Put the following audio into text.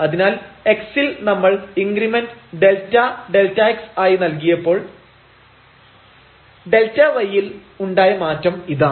അതിനാൽ x ൽ നമ്മൾ ഇൻഗ്രിമെന്റ് Δ Δx ആയി നൽകിയപ്പോൾ Δy ൽ ഉണ്ടായ മാറ്റം ഇതാണ്